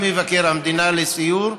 עם מבקר המדינה לסיור,